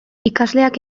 ikasleak